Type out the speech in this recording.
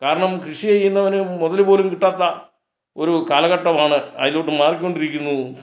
കാരണം കൃഷി ചെയ്യുന്നവന് മുതൽ പോലും കിട്ടാത്ത ഒരു കാലഘട്ടമാണ് അതിലോട്ട് മാറിക്കൊണ്ടിരിക്കുന്നു